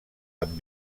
amb